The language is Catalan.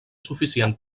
suficient